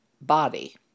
body